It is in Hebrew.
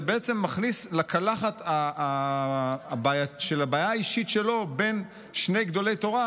הוא בעצם מכניס לקלחת של הבעיה האישית שלו שני גדולי תורה,